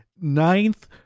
ninth